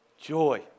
joy